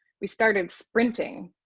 we started sprinting,